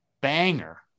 Banger